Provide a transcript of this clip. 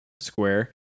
square